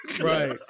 right